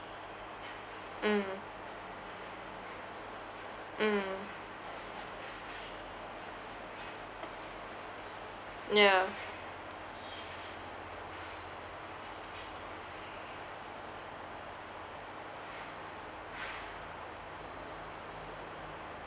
mm mm ya